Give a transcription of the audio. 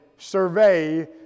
survey